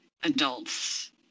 adults